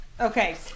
Okay